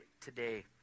today